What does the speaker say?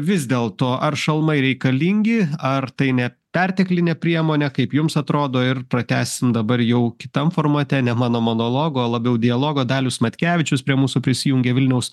vis dėl to ar šalmai reikalingi ar tai ne perteklinė priemonė kaip jums atrodo ir pratęsim dabar jau kitam formate ne mano monologo labiau dialogo dalius matkevičius prie mūsų prisijungė vilniaus